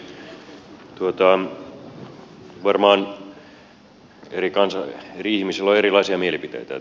varmaan eri ihmisillä on erilaisia mielipiteitä